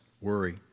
worry